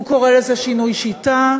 הוא קורא לזה שינוי שיטה,